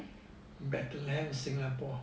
singapore